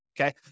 okay